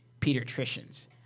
pediatricians